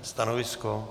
Stanovisko?